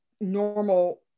normal